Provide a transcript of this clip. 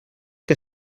que